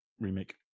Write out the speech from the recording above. remake